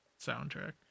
soundtrack